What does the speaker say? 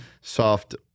Soft